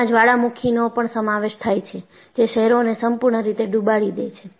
એમાં જ્વાળામુખીનો પણ સમાવેશ થાય છે જે શહેરોને સંપૂર્ણ રીતે ડુબાડી દે છે